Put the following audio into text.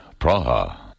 Praha